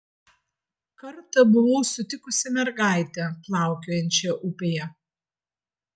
kartą buvau sutikusi mergaitę plaukiojančią upėje